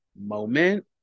moment